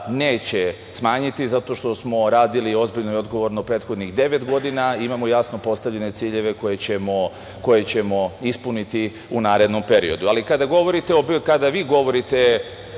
neće smanjiti, zato što smo radili ozbiljno i odgovorno prethodnih devet godina i imamo jasno postavljene ciljeve koje ćemo ispuniti u narednom periodu. Ali, kada govorite